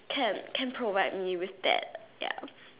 can can provide me with that ya